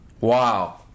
wow